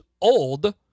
old